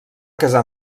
casar